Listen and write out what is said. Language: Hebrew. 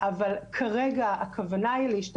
ולכן היתה העלייה בהגשת